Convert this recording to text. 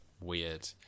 Weird